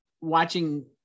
watching